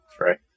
right